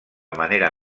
manera